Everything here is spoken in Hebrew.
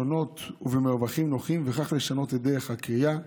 שונות ובמרווחים נוחים וכך לשנות את דרך הקריאה